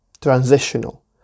Transitional